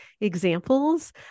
examples